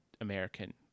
American